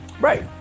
right